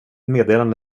meddelande